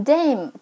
Dame